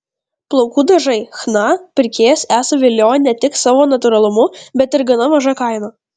plaukų dažai chna pirkėjas esą viliojo ne tik savo natūralumu bet ir gana maža kaina